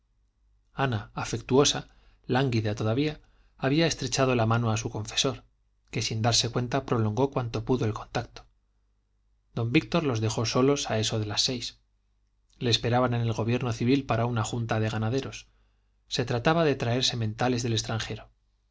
ana afectuosa lánguida todavía había estrechado la mano a su confesor que sin darse cuenta prolongó cuanto pudo el contacto don víctor los dejó solos a eso de las seis le esperaban en el gobierno civil para una junta de ganaderos se trataba de traer sementales del extranjero